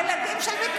ילדים של מתנחלים.